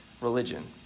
religion